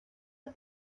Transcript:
los